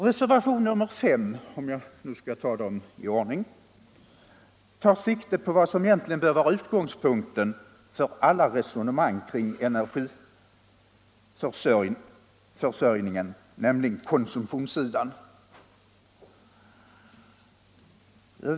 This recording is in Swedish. Reservationen 5, om jag nu skall ta dem i ordning, tar sikte på vad som egentligen bör vara utgångspunkt för alla resonemang kring energiförsörjningen, nämligen konsumtionssidan.